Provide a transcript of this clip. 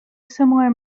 similar